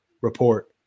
Report